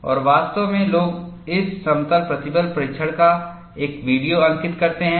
और वास्तव में लोग इस समतल प्रतिबल परीक्षण का एक वीडियो अंकित बनाते हैं